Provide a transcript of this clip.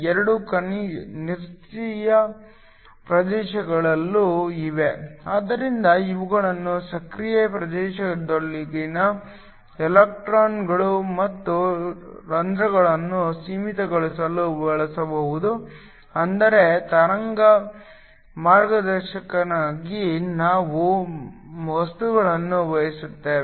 2 ನಿಷ್ಕ್ರಿಯ ಪ್ರದೇಶಗಳೂ ಇವೆ ಆದ್ದರಿಂದ ಇವುಗಳನ್ನು ಸಕ್ರಿಯ ಪ್ರದೇಶದೊಳಗಿನ ಎಲೆಕ್ಟ್ರಾನ್ಗಳು ಮತ್ತು ರಂಧ್ರಗಳನ್ನು ಸೀಮಿತಗೊಳಿಸಲು ಬಳಸಬಹುದು ಆದರೆ ತರಂಗ ಮಾರ್ಗದರ್ಶನಕ್ಕಾಗಿ ನಾವು ವಸ್ತುಗಳನ್ನು ಬಯಸುತ್ತೇವೆ